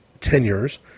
tenures